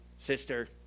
sister